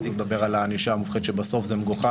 אני לא מדבר על הענישה המופחתת שבסוף זה מגוחך.